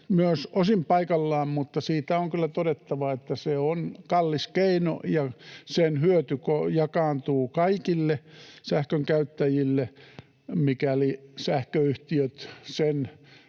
myös osin paikallaan, mutta siitä on kyllä todettava, että se on kallis keino ja sen hyöty jakaantuu kaikille sähkönkäyttäjille, mikäli sähköyhtiöt sen